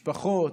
משפחות,